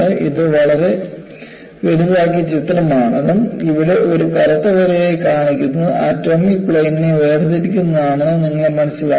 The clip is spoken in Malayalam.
ഇത് വളരെ വലുതാക്കിയ ചിത്രമാണെന്നും ഇവിടെ ഒരു കറുത്ത വരയായി കാണിക്കുന്നത് ആറ്റോമിക് പ്ലെയിനിനെ വേർതിരിക്കുന്നതാണെന്നും നിങ്ങൾ മനസ്സിലാക്കണം